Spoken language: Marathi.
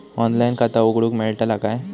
ऑनलाइन खाता उघडूक मेलतला काय?